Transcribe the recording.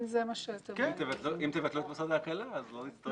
אם תבטלו את מוסד ההקלה, אז לא נצטרך.